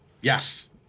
Yes